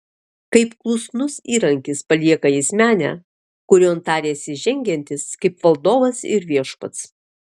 kaip klusnus įrankis palieka jis menę kurion tarėsi žengiantis kaip valdovas ir viešpats